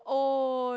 oh